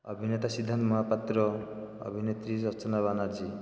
ଅଭିନେତା ସିଦ୍ଧାନ୍ତ ମହାପାତ୍ର ଅଭିନେତ୍ରୀ ରଚନା ବାନାର୍ଜୀ